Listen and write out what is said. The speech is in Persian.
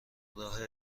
راه